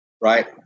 right